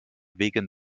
wegen